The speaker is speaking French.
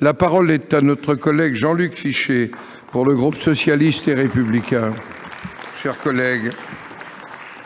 La parole est à M. Jean-Luc Fichet, pour le groupe socialiste et républicain.